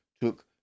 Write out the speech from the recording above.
took